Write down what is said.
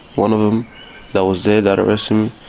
one of them that was there that arrested um